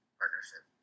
partnership